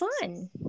fun